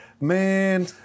man